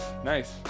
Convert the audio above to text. Nice